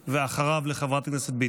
לחבר הכנסת קריב,